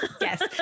Yes